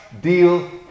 deal